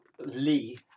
Lee